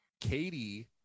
Katie